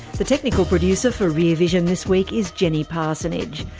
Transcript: the technical producer for rear vision this week is jenny parsonage.